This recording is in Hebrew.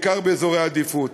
בעיקר באזורי העדיפות.